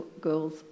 Girls